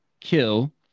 Kill